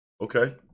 okay